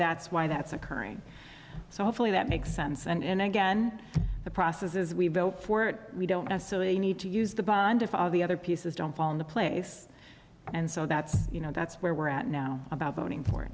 that's why that's occurring so hopefully that makes sense and again the process is we vote for it we don't necessarily need to use the bind of the other pieces don't fall into place and so that's you know that's where we're at now about voting for